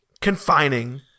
confining